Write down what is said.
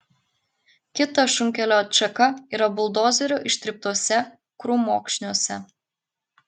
kita šunkelio atšaka yra buldozerių ištryptuose krūmokšniuose